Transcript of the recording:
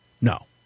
no